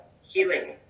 healing